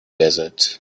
desert